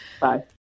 Bye